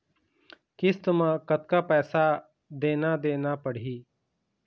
किस्त म कतका पैसा देना देना पड़ही?